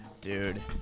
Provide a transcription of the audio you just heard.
Dude